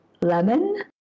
lemon